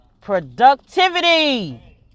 Productivity